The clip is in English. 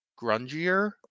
grungier